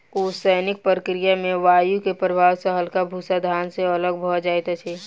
ओसौनिक प्रक्रिया में वायु के प्रभाव सॅ हल्का भूस्सा धान से अलग भअ जाइत अछि